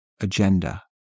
agenda